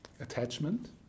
attachment